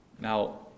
Now